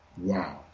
Wow